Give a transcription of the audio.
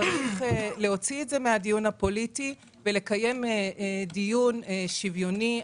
צריך להוציא את זה מהדיון הפוליטי ולקיים דיון שוויוני.